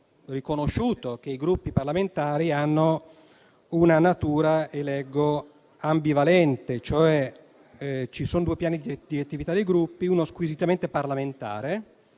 riconosciuto che i Gruppi parlamentari hanno una natura ambivalente. Ci sono cioè due piani di attività dei Gruppi, uno squisitamente parlamentare,